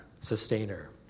sustainer